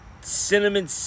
cinnamon